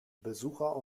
besucher